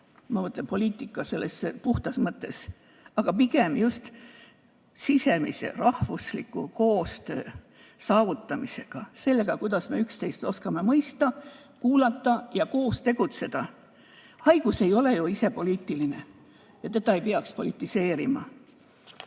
ma mõtlen siin poliitikat selle puhtas mõttes – ja pigem just sisemise rahvusliku koostöö saavutamisega, sellega, kuidas me üksteist oskame mõista ja kuulata ja koos tegutseda. Haigus ei ole ju ise poliitiline ja teda ei peaks politiseerima.